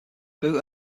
boo